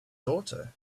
daughter